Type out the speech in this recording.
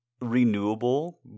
renewable